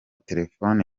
telefone